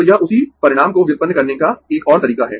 तो यह उसी परिणाम को व्युत्पन्न करने का एक और तरीका है